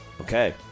Okay